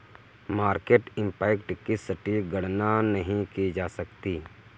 market impact की सटीक गणना नहीं की जा सकती